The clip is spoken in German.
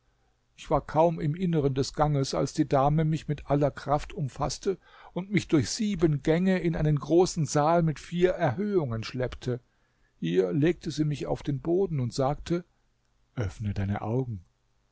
ich war kaum im inneren des ganges als die dame mich mit aller kraft umfaßte und mich durch sieben gänge in einen großen saal mit vier erhöhungen schleppte hier legte sie mich auf den boden und sagte öffne deine augen